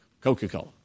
Coca-Cola